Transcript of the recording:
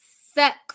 sex